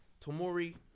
Tomori